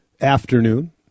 afternoon